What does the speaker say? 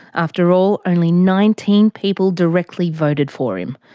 after all, only nineteen people directly voted for him.